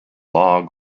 log